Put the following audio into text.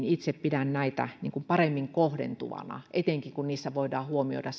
itse pidän tämmöisiä vähennysmallisia paremmin kohdentuvina etenkin kun niissä voidaan huomioida